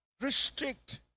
restrict